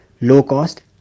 low-cost